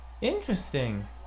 interesting